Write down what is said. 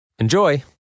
Enjoy